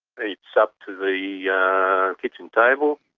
it's up to the yeah kitchen table.